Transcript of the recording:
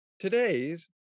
Today's